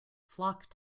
flock